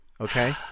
okay